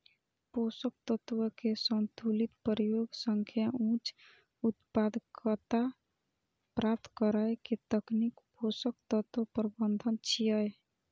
पोषक तत्व के संतुलित प्रयोग सं उच्च उत्पादकता प्राप्त करै के तकनीक पोषक तत्व प्रबंधन छियै